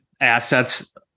assets